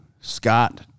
Scott